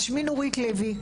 שמי נורית לוי,